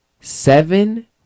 Seven